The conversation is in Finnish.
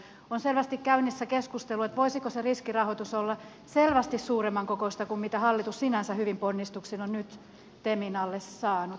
on selvästi käynnissä keskustelu siitä voisiko se riskirahoitus olla selvästi suuremman kokoista kuin mitä hallitus sinänsä hyvin ponnistuksin on nyt temin alle saanut